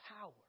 Power